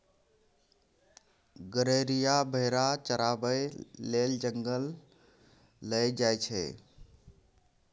गरेरिया भेरा चराबै लेल जंगल लए जाइ छै